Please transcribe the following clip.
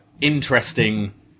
interesting